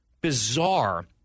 bizarre